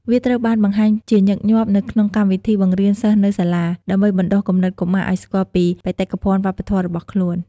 វាត្រូវបានបង្ហាញជាញឹកញាប់នៅក្នុង កម្មវិធីបង្រៀនសិស្សនៅសាលា ដើម្បីបណ្ដុះគំនិតកុមារឲ្យស្គាល់ពីបេតិកភណ្ឌវប្បធម៌របស់ខ្លួន។